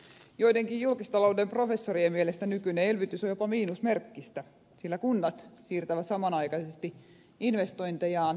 joidenkin julkistalouden professorien mielestä nykyinen elvytys on jopa miinusmerkkistä sillä kunnat siirtävät samanaikaisesti investointejaan ja nostavat verojaan